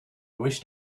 wished